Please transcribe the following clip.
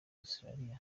australia